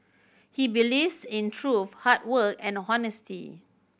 he believes in truth hard work and honesty